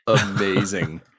Amazing